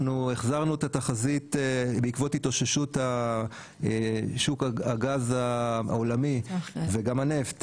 אנחנו החזרנו את התחזית בעקבות התאוששות שוק הגז העולמי וגם הנפט,